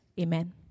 Amen